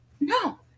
no